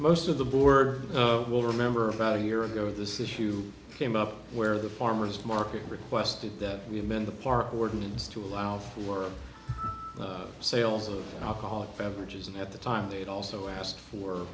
most of the boards will remember about a year ago this issue came up where the farmer's market requested that we amend the park ordinance to allow for sales of alcoholic beverages and at the time they also asked for